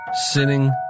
Sinning